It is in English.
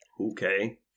Okay